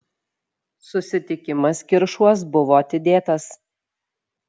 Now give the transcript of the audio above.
susitikimas kiršuos buvo atidėtas